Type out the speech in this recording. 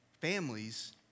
families